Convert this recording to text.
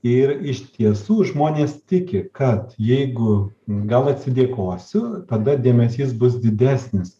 ir iš tiesų žmonės tiki kad jeigu gal atsidėkosiu tada dėmesys bus didesnis